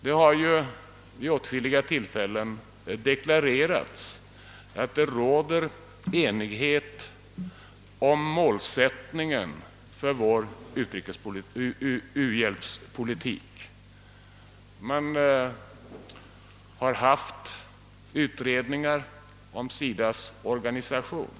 Det har vid åtskilliga tillfällen deklarerats att det råder enighet om målsättningen för vår u-hjälpspolitik. Vi har haft utredningar om SIDA:s organisation.